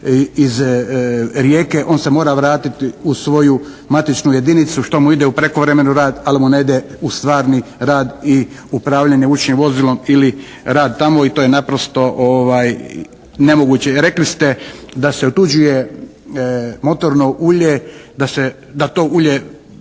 iz Rijeke, on se mora vratiti u svoju matičnu jedinicu što mu ide u prekovremeni rad, ali mu ne ide u stvarni rad i upravljanje vučnim vozilom ili rad tamo i to je naprosto nemoguće. Rekli ste da se otuđuje motorno ulje, da to ulje